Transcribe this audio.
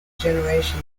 degeneration